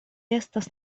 estas